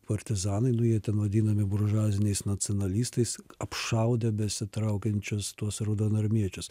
partizanai nu jie ten vadinami buržuaziniais nacionalistais apšaudė besitraukiančius tuos raudonarmiečius